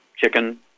chicken